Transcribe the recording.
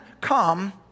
come